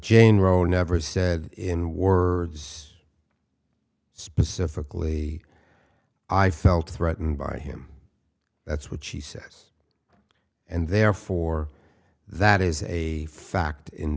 jane roe never said in words specifically i felt threatened by him that's what she says and therefore that is a fact in